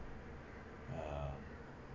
um